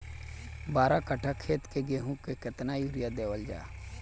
बारह कट्ठा खेत के गेहूं में केतना यूरिया देवल जा?